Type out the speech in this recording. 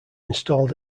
installed